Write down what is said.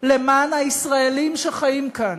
למען הישראלים שחיים כאן.